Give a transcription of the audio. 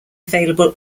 available